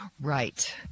Right